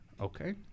okay